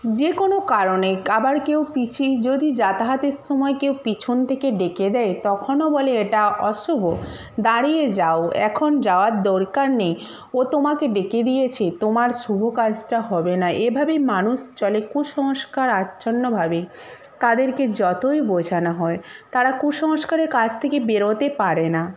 যে কোনো কারণে আবার কেউ পিছিয়ে যদি যাতাহাতের সময় কেউ পিছন থেকে ডেকে দেয় তখনও বলে এটা অশুভ দাঁড়িয়ে যাও এখন যাওয়ার দরকার নেই ও তোমাকে ডেকে দিয়েছে তোমার শুভ কাজটা হবে না এভাবে মানুষ চলে কুসংস্কার আচ্ছন্নভাবে তাদেরকে যতই বোঝানো হয় তারা কুসংস্কারের কাছ থেকে বেরোতে পারে না